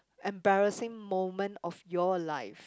embarrassing moment of your life